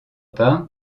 part